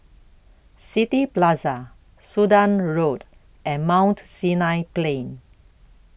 City Plaza Sudan Road and Mount Sinai Plain